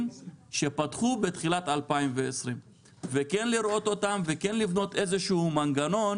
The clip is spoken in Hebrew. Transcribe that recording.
שפתחו בתחילת 2020 וכן לראות אותם וכן לבנות מנגנון